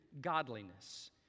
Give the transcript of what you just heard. godliness